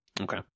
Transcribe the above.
Okay